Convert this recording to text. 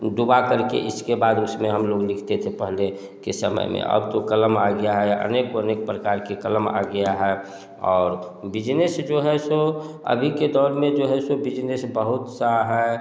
डूबा कर के इसके बाद उस में हम लोग लिखते थे पहले के समय में अब तो क़लम आ गया हैं अनेकों अनेक प्रकार के क़लम आ गए हैं और बिजनेस जो है सो अभी के दौर में जो है सो बिजनेस बहुत सा है